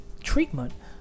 treatment